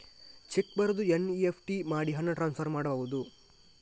Check ಬರೆದು NEFT ಮಾಡಿ ಹಣ ಟ್ರಾನ್ಸ್ಫರ್ ಮಾಡಬಹುದು?